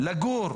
לגור,